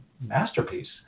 masterpiece